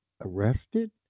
arrested